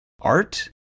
Art